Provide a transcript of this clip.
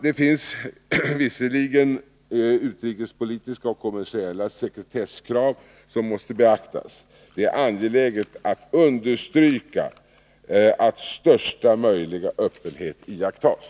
Det finns visserligen utrikespolitiska och kommersiella sekretesskrav som måste beaktas. Det är angeläget att understryka att största möjliga öppenhet iakttas.